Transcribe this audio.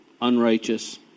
unrighteous